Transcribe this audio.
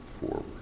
forward